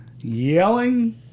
yelling